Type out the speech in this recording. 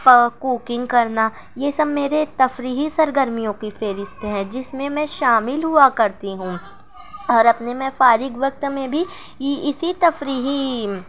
اور کوکنگ کرنا یہ سب میرے تفریحی سرگرمیوں کی فہرست ہے جس میں میں شامل ہوا کرتی ہوں اور اپنے میں فارغ وقت میں بھی اسی تفریحی